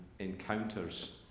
encounters